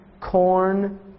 corn